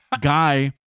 guy